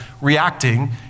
reacting